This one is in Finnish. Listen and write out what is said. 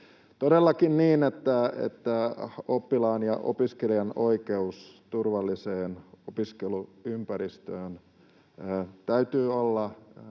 Todellakin on niin, että oppilaan ja opiskelijan oikeuden turvalliseen opiskeluympäristöön täytyy olla